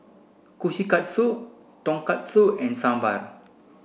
Kushikatsu Tonkatsu and Sambar